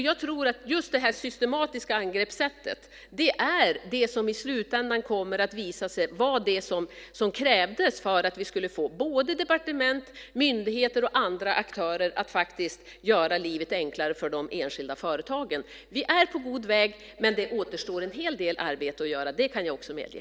Jag tror att just detta systematiska angreppssätt är det som i slutändan kommer att visa sig vara det som krävdes för att vi skulle få departement, myndigheter och andra aktörer att faktiskt göra livet enklare för de enskilda företagen. Vi är på god väg, men det återstår en hel del arbete att göra, det kan jag också medge.